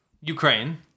Ukraine